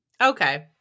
okay